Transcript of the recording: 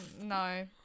No